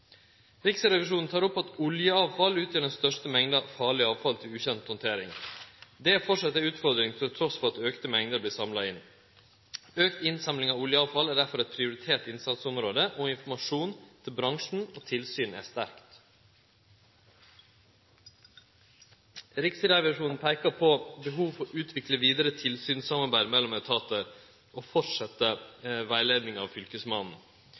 Riksrevisjonen tek opp at oljeavfall utgjer den største mengda farleg avfall til ukjent handtering. Det er framleis ei utfordring trass i at auka mengder vert samla inn. Auka innsamling av oljeavfall er derfor eit prioritert innsatsområde, og informasjonen til bransjen og tilsynet er styrkt. Riksrevisjonen peikar på behov for å utvikle vidare tilsynssamarbeidet mellom etatar og fortsetje rettleiinga av Fylkesmannen.